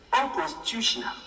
unconstitutional